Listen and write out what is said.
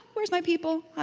where's my people,